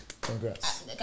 Congrats